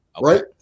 right